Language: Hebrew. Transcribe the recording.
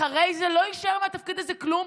אחרי זה לא יישאר מהתפקיד הזה כלום,